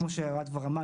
כמו שאוהד כבר אמר,